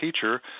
teacher